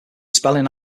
spelling